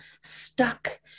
stuck